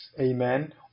amen